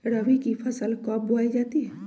रबी की फसल कब बोई जाती है?